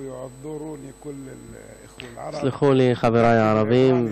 להלן תרגומם הסימולטני לעברית: יסלחו לי חברי הערבים,